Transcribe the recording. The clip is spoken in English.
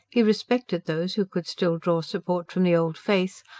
he respected those who could still draw support from the old faith,